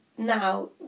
Now